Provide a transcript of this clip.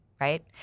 right